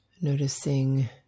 Noticing